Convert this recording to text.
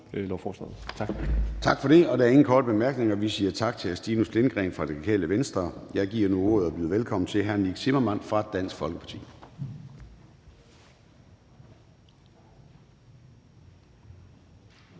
Tak for det. Der er ikke flere korte bemærkninger. Vi siger tak til hr. Stinus Lindgreen fra Radikale Venstre. Og jeg byder velkommen til hr. Nick Zimmermann fra Dansk Folkeparti.